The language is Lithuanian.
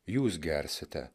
jūs gersite